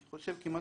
לדעתי בכולם,